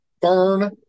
burn